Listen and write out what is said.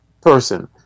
person